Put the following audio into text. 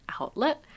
outlet